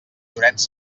llorenç